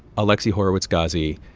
alexi horowitz-ghazi.